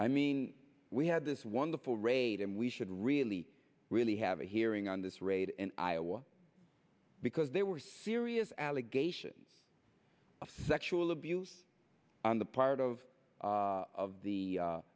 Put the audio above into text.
i mean we had this wonderful raid and we should really really have a hearing on this raid in iowa because there were serious allegations of sexual abuse on the part of of the